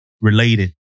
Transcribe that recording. related